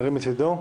ירים את ידו.